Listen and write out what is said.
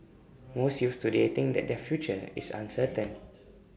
most youths today think that their future is uncertain